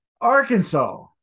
Arkansas